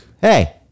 Hey